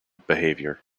behavior